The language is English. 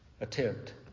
attempt